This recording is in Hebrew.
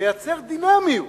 לייצר דינמיות.